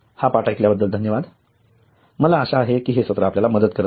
हा पाठ ऐकल्याबद्दल धन्यवाद मला आशा आहे की हे सत्र मदत करत आहे